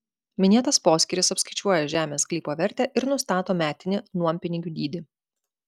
minėtas poskyris apskaičiuoja žemės sklypo vertę ir nustato metinį nuompinigių dydį